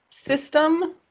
system